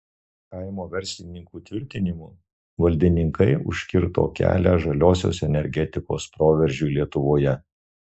kaimo verslininkų tvirtinimu valdininkai užkirto kelią žaliosios energetikos proveržiui lietuvoje